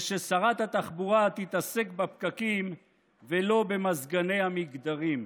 וששרת התחבורה תתעסק בפקקים ולא במזגני המגדרים.